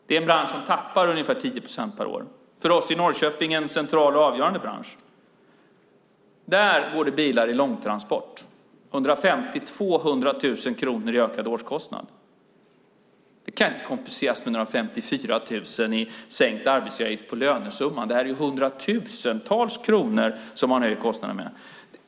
Det är en bransch som tappar ungefär 10 procent per år. För oss i Norrköping är det en central och avgörande bransch. Därifrån går det bilar i långtransport. De får 150 000-200 000 kronor i ökade årskostnader. Det kan inte kompenseras med några 54 000 i sänkt arbetsgivaravgift på lönesumman. Det är hundratusentals kronor som man höjer kostnaderna med.